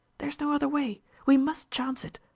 there's no other way. we must chance it.